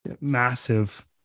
massive